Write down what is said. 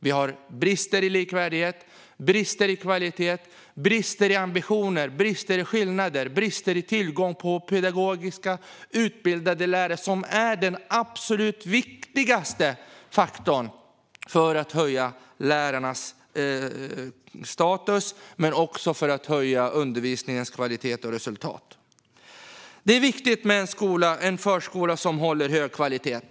Vi har brister i likvärdighet, brister i kvalitet, brister i ambitioner, brister i form av skillnader och brister i tillgång på pedagogiska, utbildade lärare - vilket är den absolut viktigaste faktorn när det gäller att höja lärarnas status och höja undervisningens kvalitet och resultat. Det är viktigt med en förskola som håller hög kvalitet.